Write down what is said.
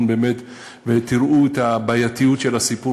באמת ותראו את הבעייתיות של הסיפור.